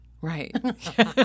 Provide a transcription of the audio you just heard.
Right